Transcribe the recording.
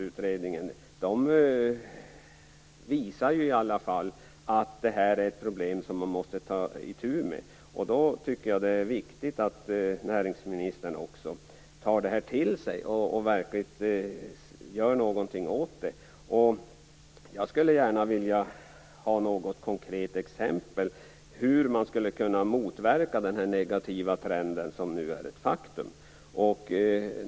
utredningen visar i alla fall att detta är ett problem som man måste ta itu med. Därför tycker jag att det är viktigt att näringsministern också tar det här till sig och verkligen gör någonting åt det. Jag skulle gärna vilja få något konkret exempel på hur man skulle kunna motverka den här negativa trenden, som nu är ett faktum.